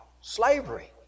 slavery